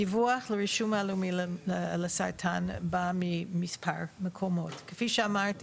הדיווח לרישום הלאומי לסרטן בא ממספר מקומות כמו שאמרתי